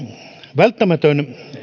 välttämätön